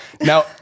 Now